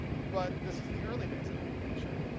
but, this is the early days of aviation.